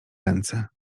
ręce